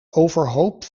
overhoop